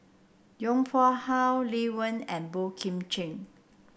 Yong Pung How Lee Wen and Boey Kim Cheng